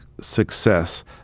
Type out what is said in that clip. success